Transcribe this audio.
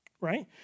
right